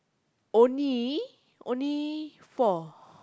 only only four